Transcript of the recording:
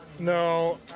No